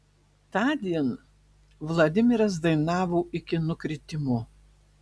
tądien vladimiras dainavo iki nukritimo